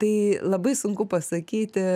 tai labai sunku pasakyti